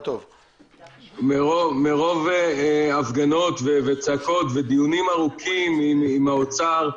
מרוב הפגנות וצעקות ודיונים ארוכים עם האוצר,